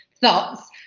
thoughts